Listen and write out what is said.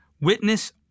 Witness